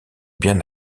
bien